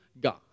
God